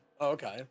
okay